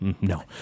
No